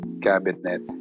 cabinet